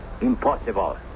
Impossible